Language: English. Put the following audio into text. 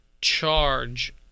charge